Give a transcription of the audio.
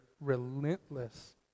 relentless